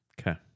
Okay